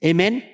Amen